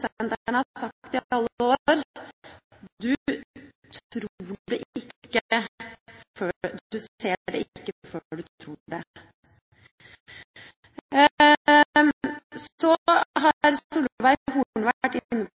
incestsentrene har sagt i alle år: Du ser det ikke før du tror det. Så har Solveig Horne vært inne